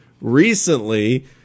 recently